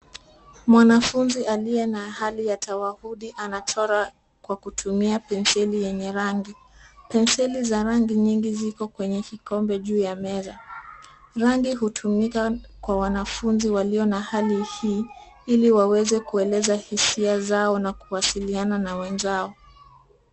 Mwanafunzi aliye na hali ya tawahudi anachora kwa kutumia penseli yenye rangi. Penseli za rangi nyingi ziko kwenye kikombe juu ya meza. Rangi hutumika kwa wanafunzi walio na hali hii ili waweze kueleza hisia zao na kuwasiliana na wenzao.